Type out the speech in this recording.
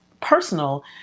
personal